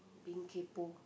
being kaypo